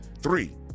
Three